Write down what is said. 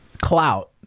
clout